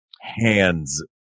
hands